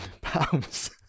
pounds